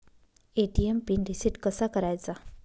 ATM PIN reset कसा करायचा?